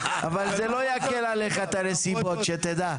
אבל זה לא יקל עליך את הנסיבות שתדע.